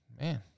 Man